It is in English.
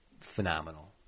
phenomenal